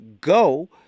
go